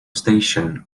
station